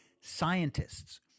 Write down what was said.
scientists